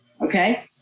Okay